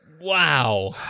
Wow